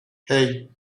hey